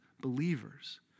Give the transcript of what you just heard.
believers